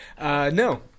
No